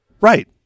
Right